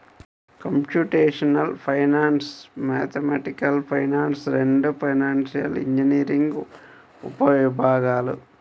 computational finance, mathematical finance రెండూ financial engineering ఉపవిభాగాలు